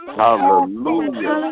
hallelujah